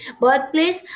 Birthplace